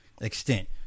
extent